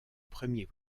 premier